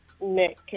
Nick